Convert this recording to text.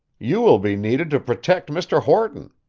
you will be needed to protect mr. horton,